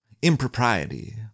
impropriety